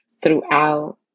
throughout